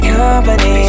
company